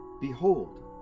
Behold